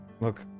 Look